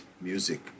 music